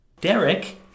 Derek